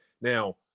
now